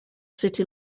city